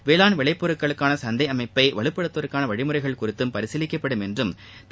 வேளாண் விளை பொருட்களுக்கான சந்தை அமைப்பை வலுப்படுத்துவதற்கான வழிமுறைகள் குறித்தம் பரிசீலிக்கப்படும் என்றும் திரு